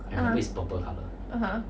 uh (uh huh)